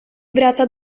wraca